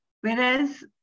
whereas